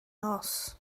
nos